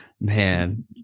Man